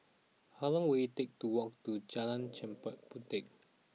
how long will it take to walk to Jalan Chempaka Puteh